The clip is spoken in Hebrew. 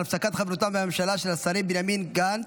על הפסקת חברותם בממשלה של השרים בנימין גנץ,